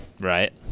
Right